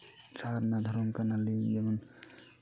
ᱥᱟᱨᱱᱟ ᱫᱷᱚᱨᱚᱢ ᱠᱟᱱᱟᱞᱤᱧ ᱡᱮᱢᱚᱱ